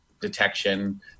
detection